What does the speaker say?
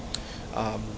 um